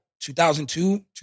2002